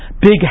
big